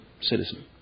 citizen